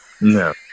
No